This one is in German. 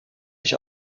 ich